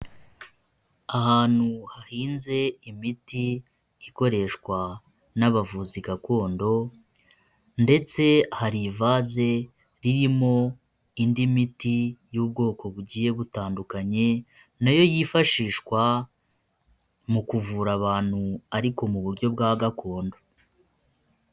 Ahantu hahinze imiti ikoreshwa n'abavuzi gakondo, ndetse hari ivase ririmo indi miti y'ubwoko bugiye butandukanye. Nayo yifashishwa mu kuvura abantu ariko mu buryo bwa gakondo.